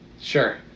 Sure